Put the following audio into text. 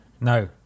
No